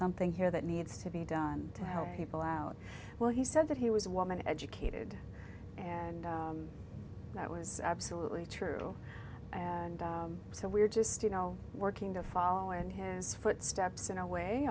something here that needs to be done to help people out well he said that he was woman educated and that was absolutely true and so we're just you know working to follow in his footsteps in a way